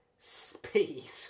Speed